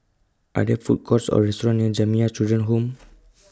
Are There Food Courts Or restaurants near Jamiyah Children's Home